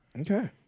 Okay